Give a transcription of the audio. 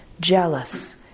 jealous